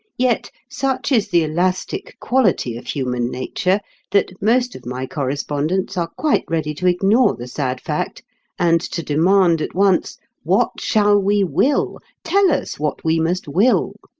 yet such is the elastic quality of human nature that most of my correspondents are quite ready to ignore the sad fact and to demand at once what shall we will? tell us what we must will.